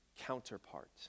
counterpart